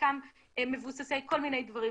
חלקם מבוססי כל מיני דברים.